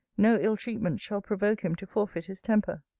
no ill treatment shall provoke him to forfeit his temper.